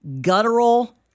guttural